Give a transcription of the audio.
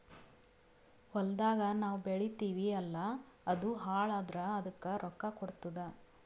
ಹೊಲ್ದಾಗ್ ನಾವ್ ಬೆಳಿತೀವಿ ಅಲ್ಲಾ ಅದು ಹಾಳ್ ಆದುರ್ ಅದಕ್ ರೊಕ್ಕಾ ಕೊಡ್ತುದ್